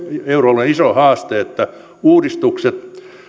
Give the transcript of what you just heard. euroalueen iso haaste että uudistukset